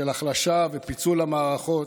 של החלשה ופיצול המערכות,